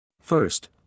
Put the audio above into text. First